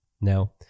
Now